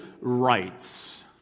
rights